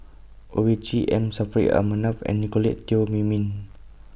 Owyang Chi M Saffri A Manaf and Nicolette Teo Wei Min